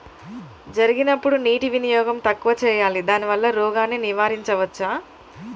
జరిగినప్పుడు నీటి వినియోగం తక్కువ చేయాలి దానివల్ల రోగాన్ని నివారించవచ్చా?